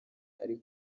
ari